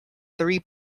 three